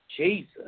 Jesus